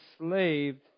enslaved